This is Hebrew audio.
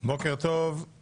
בוקר טוב.